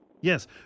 Yes